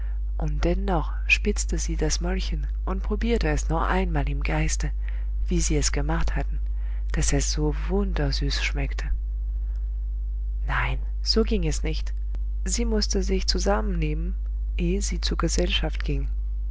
und dennoch spitzte sie das mäulchen und probierte es noch einmal im geiste wie sie es gemacht hatten daß es so wundersüß schmeckte nein so ging es nicht sie mußte sich zusammennehmen ehe sie zur gesellschaft ging